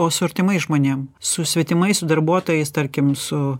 o su artimais žmonėm su svetimais darbuotojais tarkim su